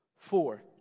Four